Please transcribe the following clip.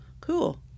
Cool